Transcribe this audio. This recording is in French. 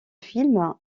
films